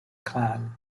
clan